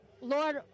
Lord